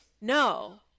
No